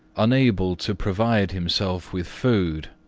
unable to provide himself with food.